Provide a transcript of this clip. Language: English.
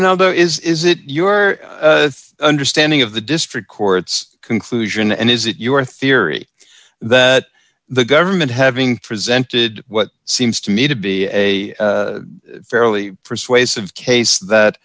though is it your understanding of the district court's conclusion and is it your theory that the government having presented what seems to me to be a fairly persuasive case that